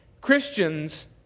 Christians